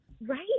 Right